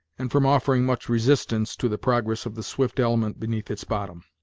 and from offering much resistance to the progress of the swift element beneath its bottom.